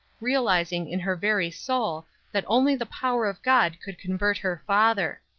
realizing in her very soul that only the power of god could convert her father.